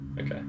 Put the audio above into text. okay